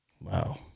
Wow